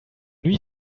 need